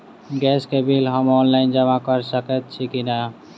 Gas केँ bill हम online जमा कऽ सकैत छी की नै?